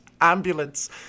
Ambulance